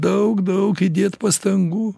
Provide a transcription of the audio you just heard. daug daug įdėti pastangų